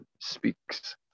speaks